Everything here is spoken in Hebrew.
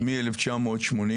אז מ-1980,